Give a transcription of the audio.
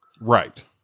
Right